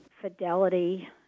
fidelity